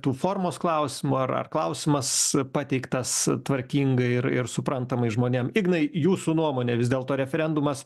tų formos klausimų ar ar klausimas pateiktas tvarkingai ir ir suprantamai žmonėm ignai jūsų nuomone vis dėlto referendumas